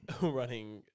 running